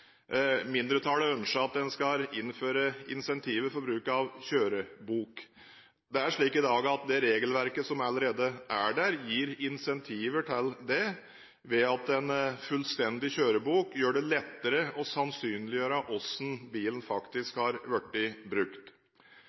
Mindretallet ønsker at en skal innføre incentiver for bruk av kjørebok. I dag er det slik at det regelverket som allerede er der, gir incentiver til det ved at en fullstendig kjørebok gjør det lettere å sannsynliggjøre hvordan bilen faktisk er blitt brukt.